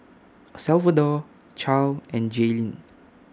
Salvador Charle and Jaelynn